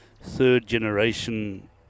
third-generation